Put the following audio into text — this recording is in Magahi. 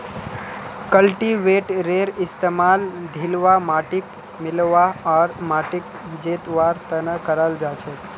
कल्टीवेटरेर इस्तमाल ढिलवा माटिक मिलव्वा आर माटिक जोतवार त न कराल जा छेक